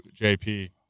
JP